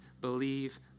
believe